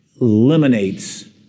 eliminates